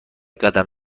قدم